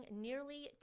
nearly